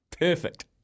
Perfect